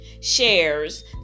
shares